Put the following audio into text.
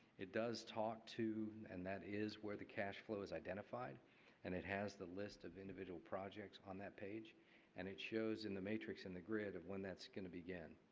it does talk to and that is where the cash flow is identified and it has the list of individual projects on that page and it shows in the matrix and the grid of when that going to begin.